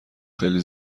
خیلی